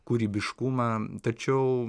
kūrybiškumą tačiau